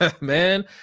man